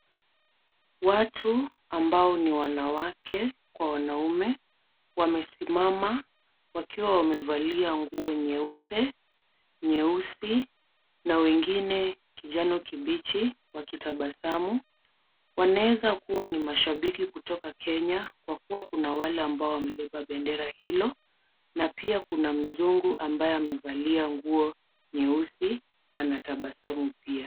Watu ambao ni wanawake kwa wanaume, wamesimama wakiwa wamevalia nguo nyeupe, nyeusi na wengine kijani kibichi wakitabasamu. Wanaeza kuwa ni mashabiki kutoka Kenya, kwa kuwa kuna wale ambao wamebeba bendera hiyo na pia kuna mzungu, ambaye amevalia nguo nyeusi anatabasamu pia.